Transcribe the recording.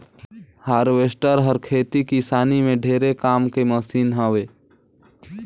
harvester हर खेती किसानी में ढेरे काम के मसीन हवे